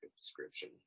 description